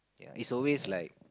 ya is always like